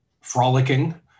frolicking